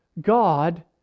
God